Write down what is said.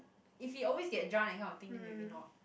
if he always get drunk that kind of thing then maybe not